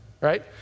Right